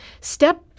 step